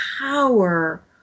power